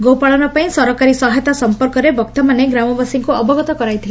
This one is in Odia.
ଗୋ ପାଳନ ପାଇଁ ସରକାରୀ ସହାୟତା ସଂପର୍କରେ ବକ୍ତାମାନେ ଗ୍ରାମବାସୀଙ୍କୁ ଅବଗତ କରିଥିଲେ